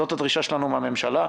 זאת הדרישה שלנו מן הממשלה.